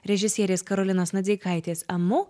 režisierės karolinos nadzeikaitė amu